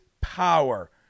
power